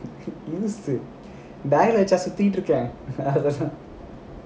லூசு:loosu bag leh வச்சா சுத்திட்டு இருக்கேன்:vachaa suthittu irukkaen